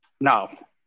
Now